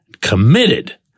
committed